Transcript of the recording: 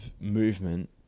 movement